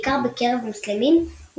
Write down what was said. בעיקר בקרב מוסלמים,